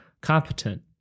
competent